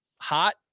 hot